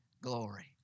glory